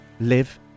live